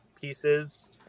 pieces